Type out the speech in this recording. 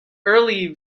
early